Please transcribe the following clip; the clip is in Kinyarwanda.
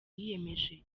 yiyemeje